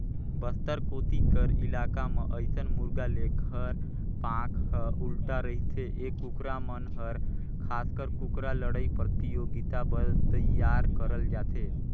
बस्तर कोती कर इलाका म अइसन मुरगा लेखर पांख ह उल्टा रहिथे ए कुकरा मन हर खासकर कुकरा लड़ई परतियोगिता बर तइयार करल जाथे